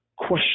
question